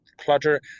clutter